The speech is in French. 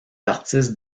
artistes